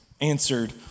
answered